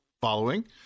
following